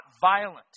violent